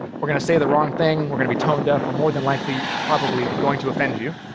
we're going to say the wrong thing. we're going to be tone-deaf. we're more than likely, probably, going to offend you.